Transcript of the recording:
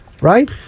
Right